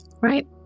right